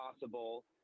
possible